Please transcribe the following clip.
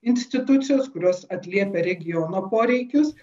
institucijos kurios atliepia regiono poreikius